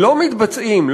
לא מתבצעים,